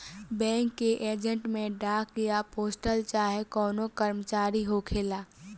bank के agent में डाक या पोस्टल चाहे कवनो कर्मचारी होखेला